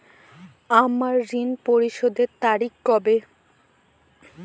আমার ঋণ পরিশোধের তারিখ কবে?